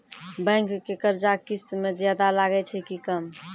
Bank के कर्जा किस्त मे ज्यादा लागै छै कि कम?